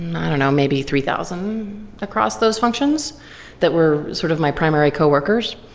i don't know, maybe three thousand across those functions that were sort of my primary co-workers.